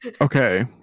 okay